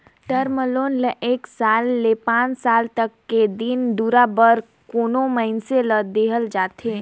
term loan ल एक साल ले पांच साल तक के दिन दुरा बर कोनो मइनसे ल देहल जाथे